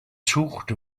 zucht